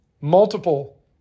multiple